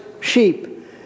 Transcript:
sheep